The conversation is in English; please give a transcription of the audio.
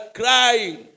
crying